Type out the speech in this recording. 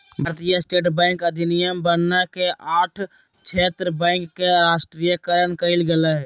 भारतीय state bank अधिनियम बनना के आठ क्षेत्र बैंक के राष्ट्रीयकरण कइल गेलय